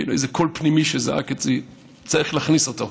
כאילו איזה קול פנימי זעק אצלי: צריך להכניס אותו.